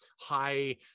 high